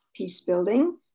Peacebuilding